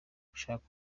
gushaka